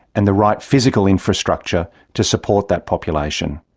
and the right physical infrastructure, to support that population.